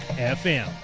FM